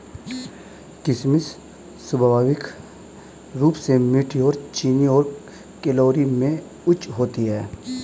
किशमिश स्वाभाविक रूप से मीठी और चीनी और कैलोरी में उच्च होती है